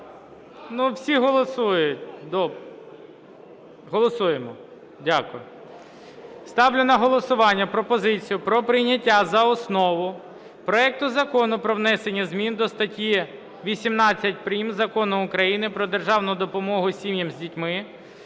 Ну, всі голосують. Добре. Голосуємо. Дякую. Ставлю на голосування пропозицію про прийняття за основу проекту Закону про внесення змін до статті 18 прим. Закону України "Про державну допомогу сім'ям з дітьми"